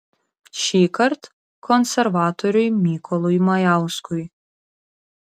šįkart konservatoriui mykolui majauskui